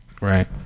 Right